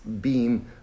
beam